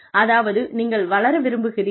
அதாவது நீங்கள் வளர விரும்புகிறீர்கள்